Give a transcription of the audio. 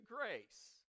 grace